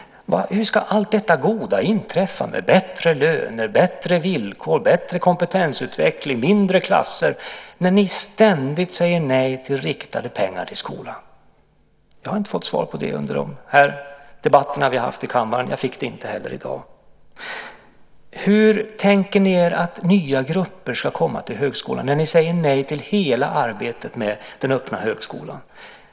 Hur ska allt detta goda inträffa med bättre löner, bättre villkor, bättre kompetensutveckling och mindre klasser när ni ständigt säger nej till riktade pengar till skolan? Jag har inte fått svar på det under de debatter vi har haft i kammaren. Jag fick det inte heller i dag. Hur tänker ni er att nya grupper ska komma till högskolan när ni säger nej till hela arbetet med den öppna högskolan?